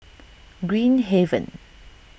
Green Haven